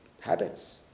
habits